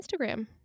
Instagram